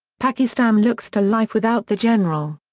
pakistan looks to life without the general.